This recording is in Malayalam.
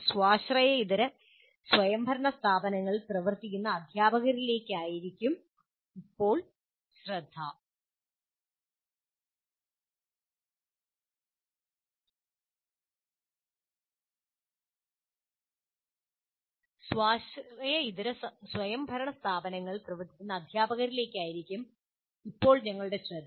സ്വാശ്രയ ഇതര സ്വയംഭരണ സ്ഥാപനങ്ങളിൽ പ്രവർത്തിക്കുന്ന അധ്യാപകരിലേക്കായിരിക്കും ഇപ്പോൾ ഞങ്ങളുടെ ശ്രദ്ധ